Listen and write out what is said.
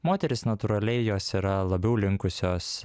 moterys natūraliai jos yra labiau linkusios